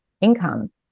income